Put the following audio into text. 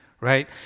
right